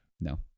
No